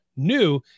New